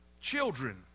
children